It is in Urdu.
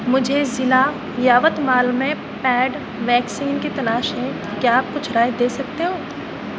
مجھے ضلع یاوتمال میں پیڈ ویکسین کی تلاش ہے کیا آپ کچھ رائے دے سکتے ہو